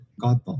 God